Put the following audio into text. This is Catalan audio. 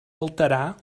alterar